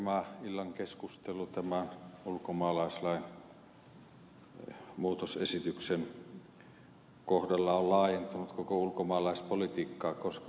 tämän illan keskustelu ulkomaalaislain muutosesityksen kohdalla on laajentunut koko ulkomaalaispolitiikkaa koskevaksi